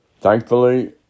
thankfully